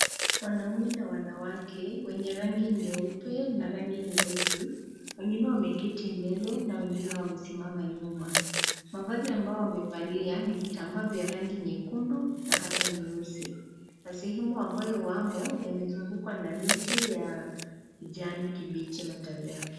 Wanaume na wanawake wenye rangi nyeupe na rangi nyeusi, wengine wameketi mbele na wengine wamesimama nyuma. Mavazi ambao wamevalia ni vitambaa vya rangi nyekundu na hata nyeusi, na sehemu ambao wamo yamezungukwa na miti ya kijani kibichi matawi yake.